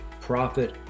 Profit